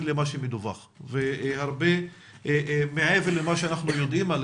למה שמדווח והרבה מעבר למה שאנחנו יודעים.